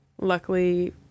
luckily